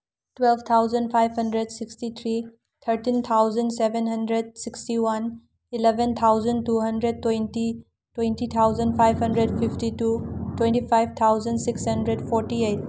twelve thousand five hundred sixty three thirteen thousand seven hundred sixty one eleven thousand two hundred twenty twenty thousand five hundred fifty two twenty five thousand six hundred forty eight